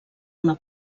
una